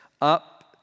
up